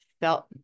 felt